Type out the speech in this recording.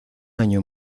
año